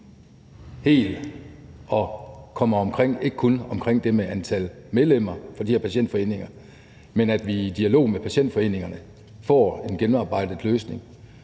hel og kommer omkring ikke kun det med antal medlemmer for de her patientforeninger, og at vi i dialog med patientforeningerne får en gennemarbejdet løsning.